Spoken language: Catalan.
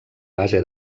base